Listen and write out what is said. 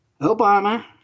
Obama